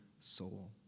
soul